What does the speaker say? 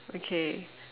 okay